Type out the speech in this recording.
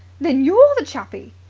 then you're the chappie?